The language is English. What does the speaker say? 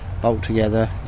bolt-together